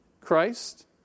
Christ